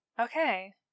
Okay